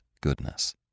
goodness